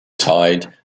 tied